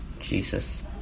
Jesus